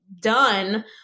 done